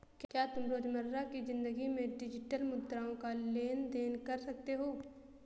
क्या तुम रोजमर्रा की जिंदगी में डिजिटल मुद्राओं का लेन देन कर सकते हो?